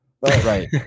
Right